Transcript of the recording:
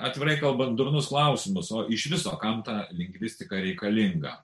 atvirai kalbant durnus klausimus o iš viso kanto lingvistika reikalinga